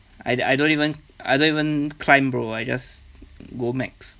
I I don't even I don't even climb bro I just go macs